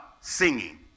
singing